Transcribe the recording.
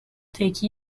take